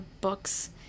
books